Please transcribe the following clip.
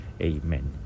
Amen